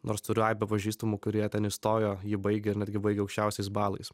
nors turiu aibę pažįstamų kurie ten įstojo jį baigė ir netgi baigė aukščiausiais balais